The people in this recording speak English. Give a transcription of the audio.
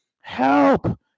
help